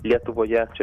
lietuvoje čia